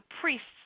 priests